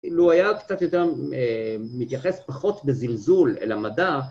אילו הוא היה קצת יותר, מתייחס פחות בזלזול אל המדע